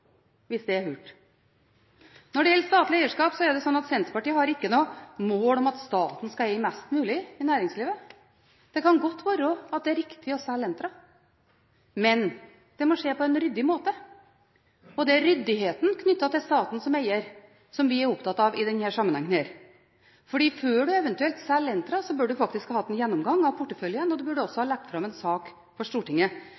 hvis det er hult. Når det gjelder statlig eierskap, er det slik at Senterpartiet ikke har noe mål om at staten skal eie mest mulig i næringslivet. Det kan godt være at det er riktig å selge Entra, men det må skje på en ryddig måte. Det er ryddigheten knyttet til staten som eier, som vi er opptatt av i denne sammenhengen. For før man eventuelt selger Entra, bør man faktisk ha hatt en gjennomgang av porteføljen, og man burde også